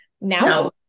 Now